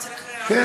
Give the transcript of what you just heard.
וכשמדברים על שינוי,